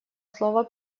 слово